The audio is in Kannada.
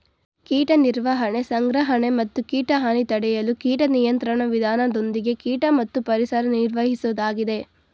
ಕೀಟ ನಿರ್ವಹಣೆ ಸಂಗ್ರಹಣೆ ಮತ್ತು ಕೀಟ ಹಾನಿ ತಡೆಯಲು ಕೀಟ ನಿಯಂತ್ರಣ ವಿಧಾನದೊಂದಿಗೆ ಕೀಟ ಮತ್ತು ಪರಿಸರ ನಿರ್ವಹಿಸೋದಾಗಿದೆ